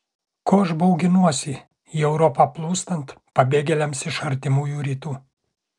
ko aš bauginuosi į europą plūstant pabėgėliams iš artimųjų rytų